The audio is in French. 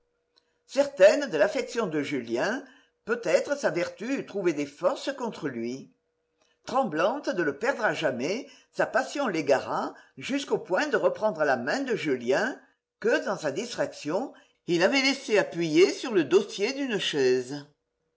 certaine de l'affection de julien peut-être sa vertu eût trouvé des forces contre lui tremblante de le perdre à jamais sa passion l'égara jusqu'au point de reprendre la main de julien que dans sa distraction il avait laissée appuyée sur le dossier d'une chaise